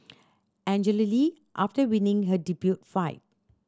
Angela Lee after winning her debut fight